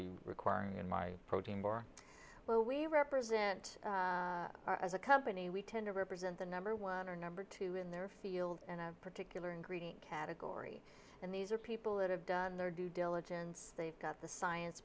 be requiring in my protein bar represent as a company we tend to represent the number one or number two in their field and a particular ingredient category and these are people that have done their due diligence they've got the science